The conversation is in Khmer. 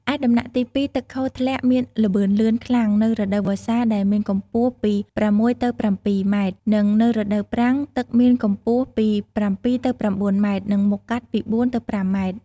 ឯដំណាក់ទី២ ទឹកហូរធ្លាក់មានល្បឿនលឿនខ្លាំងនៅរដូវវស្សាដែលមានកម្ពស់ពី ៦ ទៅ ៧ម៉ែត្រ និង នៅរដូវប្រាំងទឹកមានកម្ពស់ពី៧ ទៅ៩ម៉ែត្រ និង មុខកាត់ពី៤ទៅ៥ម៉ែត្រ។